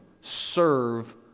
Serve